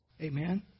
Amen